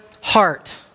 heart